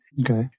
Okay